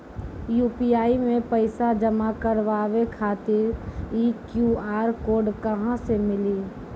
UPI मे पैसा जमा कारवावे खातिर ई क्यू.आर कोड कहां से मिली?